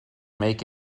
make